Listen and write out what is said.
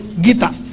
Gita